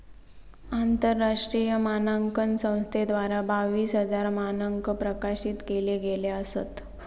आंतरराष्ट्रीय मानांकन संस्थेद्वारा बावीस हजार मानंक प्रकाशित केले गेले असत